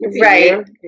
Right